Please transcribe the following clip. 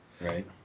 right